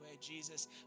Jesus